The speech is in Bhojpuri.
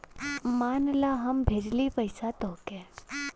मान ला हम भेजली पइसा तोह्के